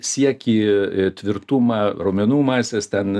siekį tvirtumą raumenų masės ten